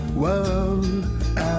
Whoa